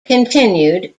continued